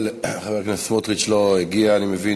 חבר הכנסת סמוטריץ, לא הגיע, אני מבין.